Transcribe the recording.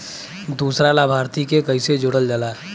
दूसरा लाभार्थी के कैसे जोड़ल जाला?